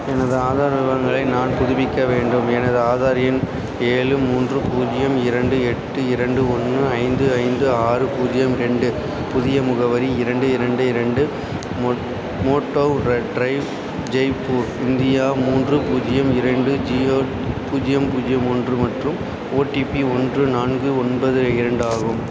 எனது ஆதார் விவரங்களை நான் புதுப்பிக்க வேண்டும் எனது ஆதார் எண் ஏழு மூன்று பூஜ்ஜியம் இரண்டு எட்டு இரண்டு ஒன்னு ஐந்து ஐந்து ஆறு பூஜ்ஜியம் ரெண்டு புதிய முகவரி இரண்டு இரண்டு இரண்டு மோட் மோட்டோவ் ரெட் ட்ரைவ் ஜெய்ப்பூர் இந்தியா மூன்று பூஜ்ஜியம் இரண்டு ஜீரோ பூஜ்ஜியம் பூஜ்ஜியம் ஒன்று மற்றும் ஓடிபி ஒன்று நான்கு ஒன்பது இரண்டாகும்